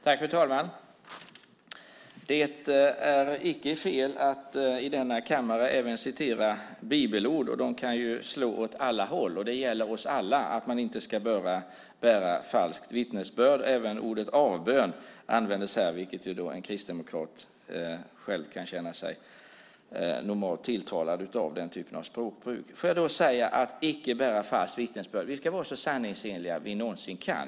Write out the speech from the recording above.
Fru talman! Det är inte fel att citera bibelord. De kan slå åt alla håll. Att man inte ska bära falskt vittnesbörd gäller oss alla. Ordet "avbön" användes här, och det är ett språkbruk som en kristdemokrat normalt kan känna sig tilltalad av. Vi ska vara så sanningsenliga vi någonsin kan.